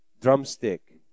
Drumstick